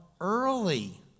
early